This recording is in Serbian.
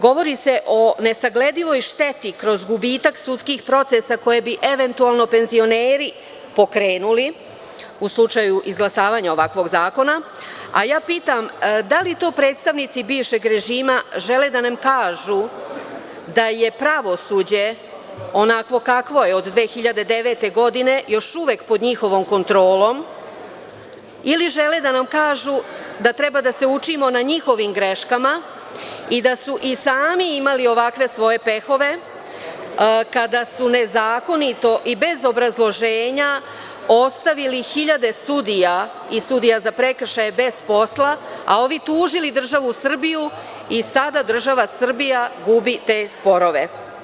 Govori se o nesagledivoj šteti kroz gubitak sudskih procesa koje bi eventualno penzioneri pokrenuli u slučaju izglasavanja ovakvog zakona, a ja pitam – da li topredstavnici bivšeg režima žele da nam kažu da je pravosuđe, onakvo kakvo je od 2009. godine, još uvek pod njihovom kontrolom, ili žele da nam kažu da treba da se učimo na njihovim greškama i da su i sami imali ovakve svoje pehove kada su nezakonito i bez obrazloženja ostavili hiljade sudija i sudija za prekršaje bez posla, a ovi tužili državu Srbiju i sada država Srbija gubi te sporove?